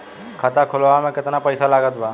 खाता खुलावे म केतना पईसा लागत बा?